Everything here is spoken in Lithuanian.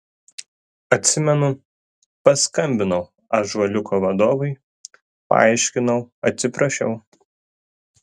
atsimenu paskambinau ąžuoliuko vadovui paaiškinau atsiprašiau